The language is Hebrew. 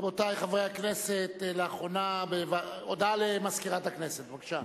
רבותי חברי הכנסת, הודעה למזכירת הכנסת, בבקשה.